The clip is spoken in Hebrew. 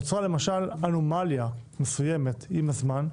נוצרה למשל אנומליה מסוימת עם הזמן,